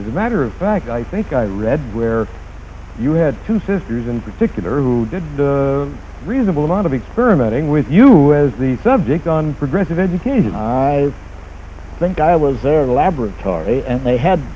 as a matter of fact i think i read where you had two sisters in particular who did reasonable amount of experiment and with you as the subject on progressive education i think i was in a laboratory and they had